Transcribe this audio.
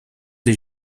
des